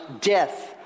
death